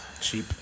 cheap